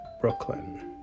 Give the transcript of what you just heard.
Brooklyn